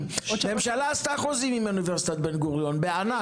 הממשלה עשתה חוזים עם אוניברסיטת בן-גוריון, בענק.